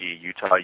Utah